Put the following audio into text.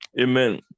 amen